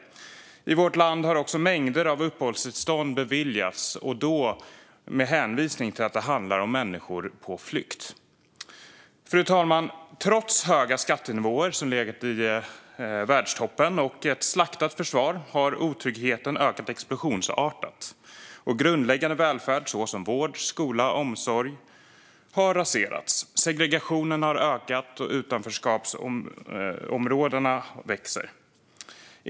I vårt land har också mängder av uppehållstillstånd beviljats med hänvisning till att det handlar om människor på flykt. Fru talman! Trots höga skattenivåer, som legat i världstoppen, och ett slaktat försvar har otryggheten ökat explosionsartat. Grundläggande välfärd såsom vård, skola och omsorg har raserats. Segregationen har ökat, och utanförskapsområdena växer.